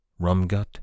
Rumgut